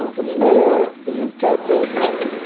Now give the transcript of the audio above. ah the more the utopias multiply.